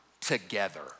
together